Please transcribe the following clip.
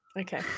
Okay